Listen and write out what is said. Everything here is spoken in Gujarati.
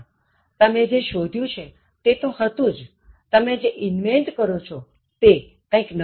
તમે જે શોધ્યું છે તે તો હતું જતમે જે invent કરો છો તે કઇંક નવું છે